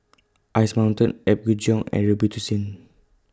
Ice Mountain Apgujeong and Robitussin